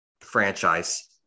franchise